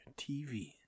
TV